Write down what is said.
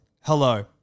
Hello